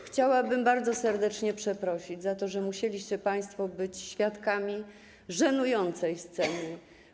Chciałabym bardzo serdecznie przeprosić za to, że musieliście państwo być świadkami żenującej sceny.